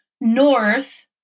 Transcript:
north